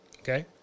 Okay